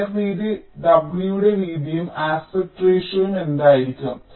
wire വീതി w യുടെ വീതിയും ആസ്പെക്ട് റെഷിയോ എന്തായിരിക്കും